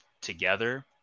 together